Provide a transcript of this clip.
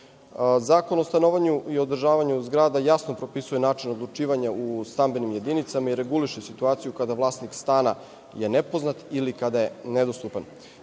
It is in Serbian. o stanovu i održavanju zgrada jasno propisuje način odlučivanja u stambenim jedinicama i reguliše situaciju kada vlasnik stana je nepoznat ili kada je nedostupan. Dotaći